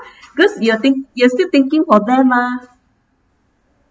because you are think you're still thinking for them mah